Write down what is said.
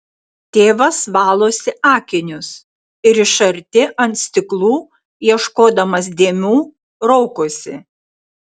tėvas valosi akinius ir iš arti ant stiklų ieškodamas dėmių raukosi